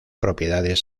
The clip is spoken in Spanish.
propiedades